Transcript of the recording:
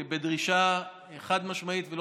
הוא כבר כמה שבועות בדרישה חד-משמעית ולא